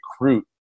recruit